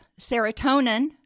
serotonin